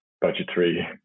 budgetary